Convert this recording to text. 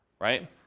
right